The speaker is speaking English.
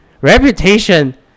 Reputation